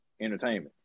entertainment